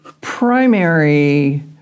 primary